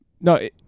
No